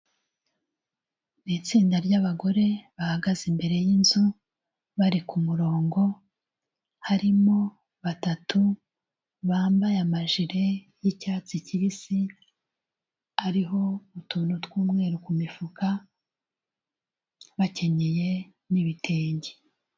Ni itsinda ry'abagore bahagaze imbere y'inzu bari kumurongo, harimo batatu bambaye amajre y'icyatsi kibisi, ariho utuntu tw'umweru ku mifuka, bakenyeye n'ibitenge.